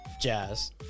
jazz